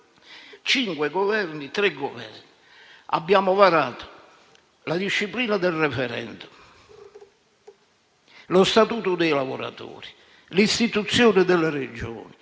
cinque e tre Governi e abbiamo varato la disciplina del *referendum*, lo statuto dei lavoratori, l'istituzione delle Regioni,